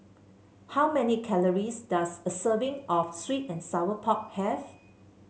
how many calories does a serving of sweet and Sour Pork have